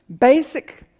basic